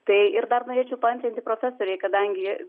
tai ir dar norėčiau paantrinti profesorei kadangi